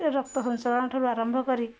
ରକ୍ତ ସଞ୍ଚାଳନ ଠାରୁ ଆରମ୍ଭ କରି